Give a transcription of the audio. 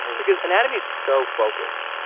because anatomy is so focused.